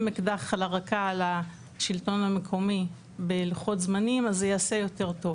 אקדח על הרקה של השלטון המקומי בלוחות הזמנים אז זה יעשה יותר טוב.